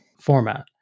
format